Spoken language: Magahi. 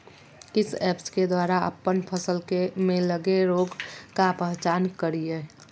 किस ऐप्स के द्वारा अप्पन फसल में लगे रोग का पहचान करिय?